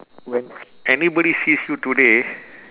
when anybody sees you today